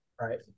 right